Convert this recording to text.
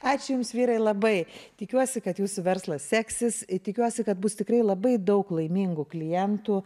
ačiū jums vyrai labai tikiuosi kad jūsų verslas seksis tikiuosi kad bus tikrai labai daug laimingų klientų